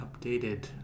updated